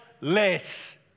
less